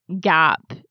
gap